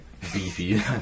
beefy